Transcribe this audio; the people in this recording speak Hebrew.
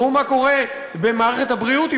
ראו מה קורה במערכת הבריאות,